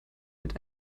mit